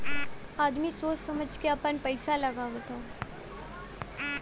आदमी सोच समझ के आपन पइसा लगावत हौ